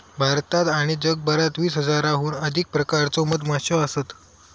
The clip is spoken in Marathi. भारतात आणि जगभरात वीस हजाराहून अधिक प्रकारच्यो मधमाश्यो असत